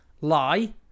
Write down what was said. Lie